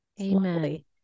Amen